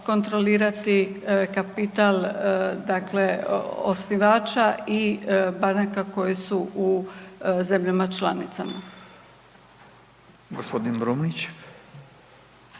kontrolirati kapital dakle osnivača i banaka koje su u zemljama članicama. **Radin, Furio